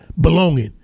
Belonging